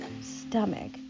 stomach